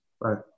Right